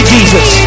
Jesus